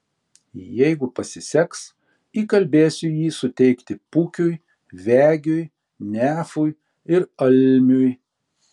jeigu pasiseks įkalbėsiu jį suteikti pukiui vegiui nefui ir almiui